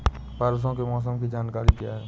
परसों के मौसम की जानकारी क्या है?